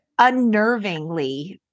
Unnervingly